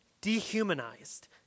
dehumanized